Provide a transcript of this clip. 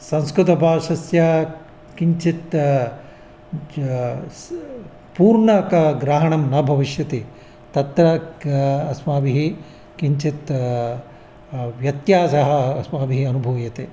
संस्कृतभाषायाः किञ्चित् च् स् पूर्णं क ग्रहणं न भविष्यति तत्र कः अस्माभिः किञ्चित् व्यत्यासः अस्माभिः अनुभूयते